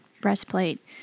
breastplate